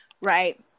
Right